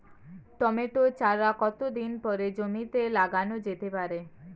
Tomato চারা কতো দিন পরে জমিতে লাগানো যেতে পারে?